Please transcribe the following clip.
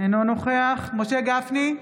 אינו נוכח משה גפני,